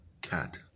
cat